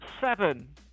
seven